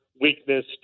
weakness